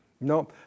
no